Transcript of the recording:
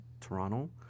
Toronto